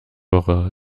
woche